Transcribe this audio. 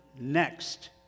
next